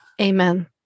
Amen